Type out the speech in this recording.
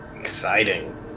exciting